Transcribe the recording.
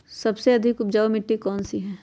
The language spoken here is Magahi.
सबसे अधिक उपजाऊ मिट्टी कौन सी हैं?